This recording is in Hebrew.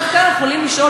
כאן אנחנו יכולים לשאול,